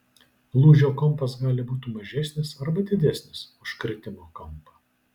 lūžio kampas gali būti mažesnis arba didesnis už kritimo kampą